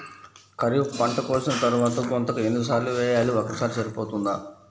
ఖరీఫ్ పంట కోసిన తరువాత గుంతక ఎన్ని సార్లు వేయాలి? ఒక్కసారి సరిపోతుందా?